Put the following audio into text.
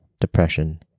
depression